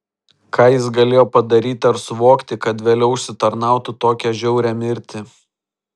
ką jis galėjo padaryti ar suvokti kad vėliau užsitarnautų tokią žiaurią mirtį